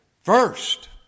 First